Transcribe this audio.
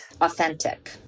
Authentic